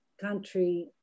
country